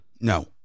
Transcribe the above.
No